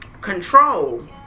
control